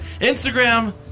Instagram